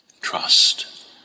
trust